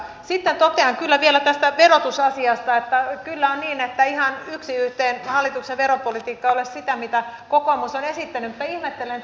sitten totean kyllä vielä tästä verotusasiasta että kyllä on niin että ihan yksi yhteen hallituksen veropolitiikka ei ole sitä mitä kokoomus on esittänyt mutta ihmettelen että oppositiolle ei käy mikään